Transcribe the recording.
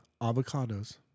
avocados